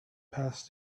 past